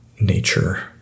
nature